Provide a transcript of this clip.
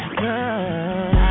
girl